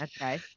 Okay